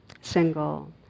single